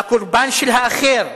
לקורבן של האחר,